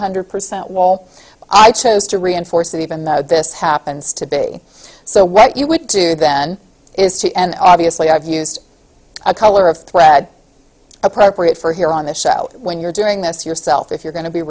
hundred percent wall i chose to reinforce that even though this happens to be so what you would do then is to obviously i've used a color of thread appropriate for here on the show when you're doing this yourself if you're going to be